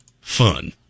fun